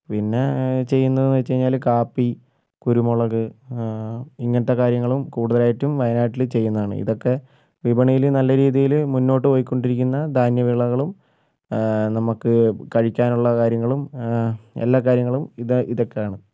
പിന്നെ ചെയ്യുന്നതെന്ന് വച്ച് കഴിഞ്ഞാല് കാപ്പി കുരുമുളക് ഇങ്ങനത്തെ കാര്യങ്ങളും കൂടുതലായിട്ടും വയനാട്ടില് ചെയ്യുന്നതാണ് ഇതൊക്കെ വിപണിയില് നല്ല രീതിയില് മുന്നോട്ടു പോയിക്കൊണ്ടിരിക്കുന്ന ധാന്യ വിളകളും നമുക്ക് കഴിക്കാനുള്ള കാര്യങ്ങളും എല്ലാ കാര്യങ്ങളും ഇത ഇതൊക്കെയാണ്